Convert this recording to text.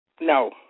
No